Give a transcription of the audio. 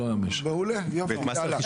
מעולה, הלאה.